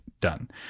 done